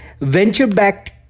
venture-backed